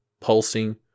pulsing